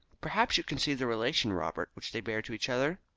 perhaps you can see the relation, robert, which they bear to each other?